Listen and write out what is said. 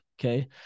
Okay